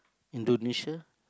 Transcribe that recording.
Indonesia